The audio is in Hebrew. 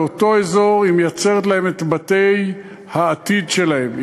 באותו אזור היא מייצרת להם את בתי העתיד שלהם.